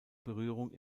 berührung